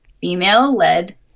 female-led